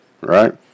right